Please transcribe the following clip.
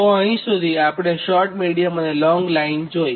તો અહીં સુધી આપણે શોર્ટ મિડીયમ અને લોંગ લાઇન જોઇ